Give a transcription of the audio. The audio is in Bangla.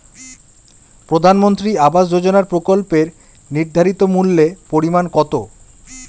প্রধানমন্ত্রী আবাস যোজনার প্রকল্পের নির্ধারিত মূল্যে পরিমাণ কত?